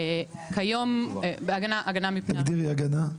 תגדירי הגנה.